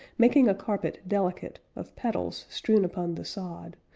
making a carpet delicate of petals strewn upon the sod,